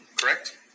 correct